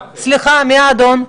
מי האדון?